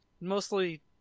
Mostly